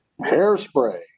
hairspray